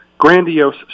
Grandiose